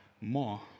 more